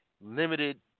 Limited